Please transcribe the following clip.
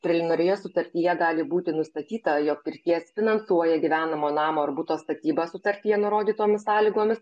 preliminarioje sutartyje gali būti nustatyta jog pirkėjas finansuoja gyvenamo namo ar buto statybą sutartyje nurodytomis sąlygomis